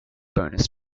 bonus